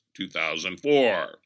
2004